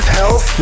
health